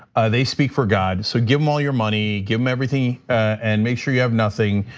they speak for god, so give them all your money, give them everything and make sure you have nothing.